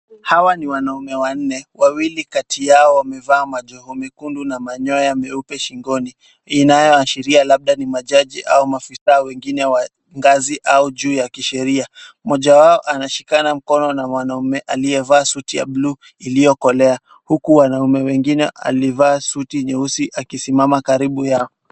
Hawa ni wanaume wanne, wawili kati yao wamevaa majoho mekundu na manyoya meupe shingoni, inayoashiria labda ni majaji au maafisa wengine wa ngazi au juu ya kisheria. Mmoja wao anashikana mkono na mwanaume aliyevaa suti ya buluu iiyokolea, huku wanaume wengine alivaa suti nyeusi akisimama karibu yao.